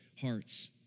hearts